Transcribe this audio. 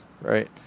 Right